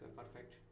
perfect